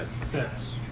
Six